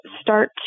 start